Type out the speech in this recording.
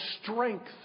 strength